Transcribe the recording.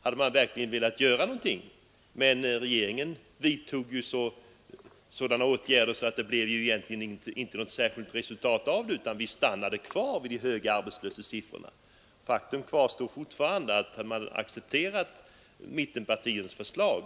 Hade man verkligen velat göra någonting hade det kanske blivit resultat, men regeringen vidtog sådana åtgärder att det inte blev något särskilt resultat, utan de höga arbetslöshetssiffrorna stannade kvar. Faktum kvarstår fortfarande: hade man accepterat mittenpartiernas förslag